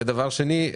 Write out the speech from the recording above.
דבר שני.